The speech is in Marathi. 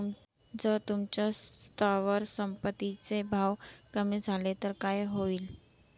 जर तुमच्या स्थावर संपत्ती चे भाव कमी झाले तर काय होईल?